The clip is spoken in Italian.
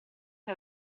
che